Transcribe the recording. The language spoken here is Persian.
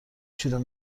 شروع